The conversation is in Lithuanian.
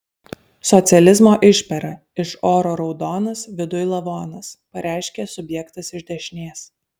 socializmo išpera iš oro raudonas viduj lavonas pareiškė subjektas iš dešinės